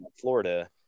Florida